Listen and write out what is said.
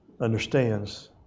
understands